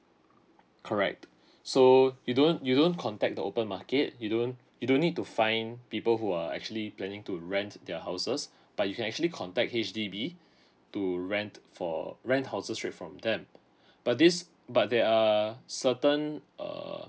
correct so you don't you don't contact the open market you don't you don't need to find people who are actually planning to rent their houses but you can actually contact H_D_B to rent for rent houses straight from them but this but they are certain err